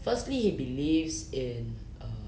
firstly he believes in